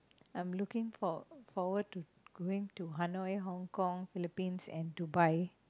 I'm looking for forward to going to Hanoi Hong Kong Philippines and Dubai